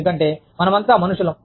ఎందుకంటే మనమంతా మనుషులం